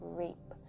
rape